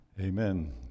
Amen